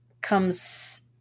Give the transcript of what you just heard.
comes